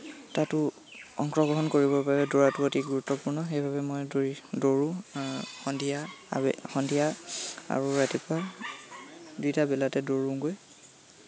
তাতো অংশগ্ৰহণ কৰিবৰ বাবে দৌৰাটো অতি গুৰুত্বপূৰ্ণ সেইবাবে মই দৌৰি দৌৰোঁ সন্ধিয়া আৰু সন্ধিয়া আৰু ৰাতিপুৱা দুইটা বেলাতে দৌৰোঁগৈ